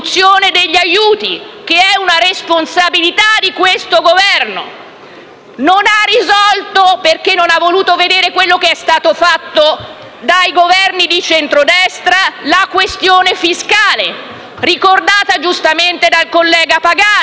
degli aiuti, che è una responsabilità di questo Governo. Non ha risolto, perché non ha voluto vedere quello che è stato fatto dai Governi di centrodestra, la questione fiscale, giustamente ricordata dal collega Pagano,